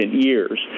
years